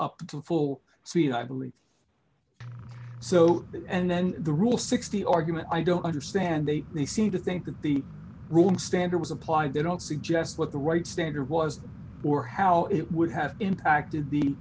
up to full speed i believe so and then the rule sixty argument i don't understand they they seem to think that the ruling standard was applied they don't suggest what the right standard was or how it would have impacted